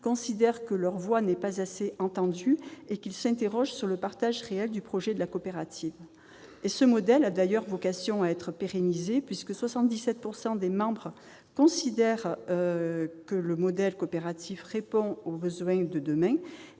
considèrent que leur voix n'est pas assez entendue et s'interrogent sur le partage réel du projet de la coopérative. Ce modèle a d'ailleurs vocation à être pérennisé. Ainsi, 77 % des adhérents considèrent que le modèle coopératif répond aux besoins de demain.